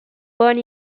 born